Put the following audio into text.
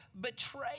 betray